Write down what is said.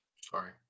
Sorry